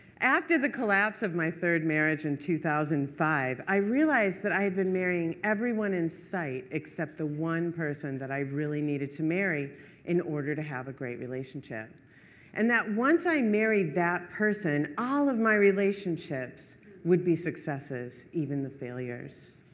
after the collapse of my third marriage in two thousand and five, i realized that i've been marrying everyone in sight, except the one person that i really needed to marry in order to have a great relationship and that once i married that person, all of my relationships would be successes, even the failures.